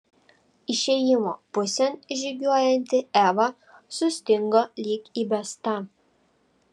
išėjimo pusėn žygiuojanti eva sustingo lyg įbesta